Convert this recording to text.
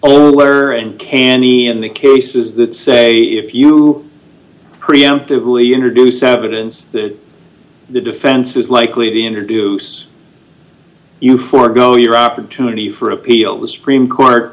weather and canny in the cases that say if you preemptively introduce evidence that the defense is likely to introduce you forego your opportunity for appeal the supreme court